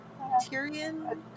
Tyrion